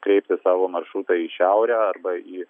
kreipti savo maršrutą į šiaurę arba į